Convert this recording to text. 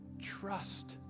trust